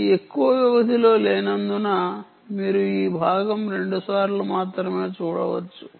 ఇది ఎక్కువ వ్యవధిలో లేనందున మీరు ఈ భాగం రెండుసార్లు మాత్రమే చూడవచ్చు